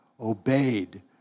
obeyed